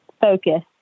focus